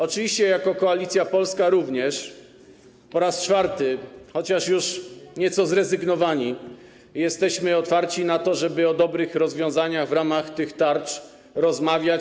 Oczywiście jako Koalicja Polska również, po raz czwarty, chociaż już nieco zrezygnowani, jesteśmy otwarci na to, żeby o dobrych rozwiązaniach w ramach tych tarcz rozmawiać.